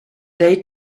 date